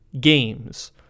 games